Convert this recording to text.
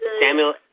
Samuel